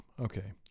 okay